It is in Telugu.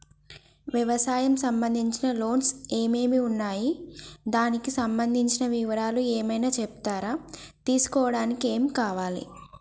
వ్యవసాయం సంబంధించిన లోన్స్ ఏమేమి ఉన్నాయి దానికి సంబంధించిన వివరాలు ఏమైనా చెప్తారా తీసుకోవడానికి ఏమేం కావాలి?